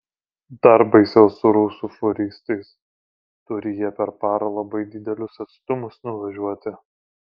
dar baisiau su rusų fūristais turi jie per parą labai didelius atstumus nuvažiuoti